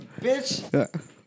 Bitch